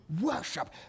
Worship